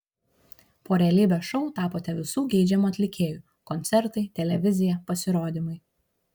po realybės šou tapote visų geidžiamu atlikėju koncertai televizija pasirodymai